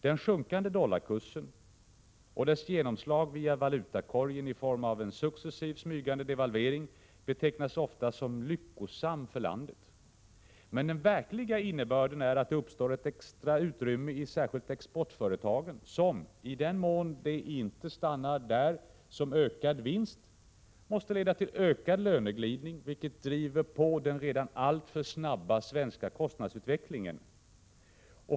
Den sjunkande dollarkursen och dess genomslag via valutakorgen i form av en successiv smygande devalvering betecknas ofta som lyckosam för landet. Men den verkliga innebörden är att det uppstår ett extra utrymme i särskilt exportföretagen som, i den mån det inte stannar där som ökad vinst, måste leda till ökad löneglidning, vilket driver på den redan alltför snabba svenska kostnadsutvecklingen.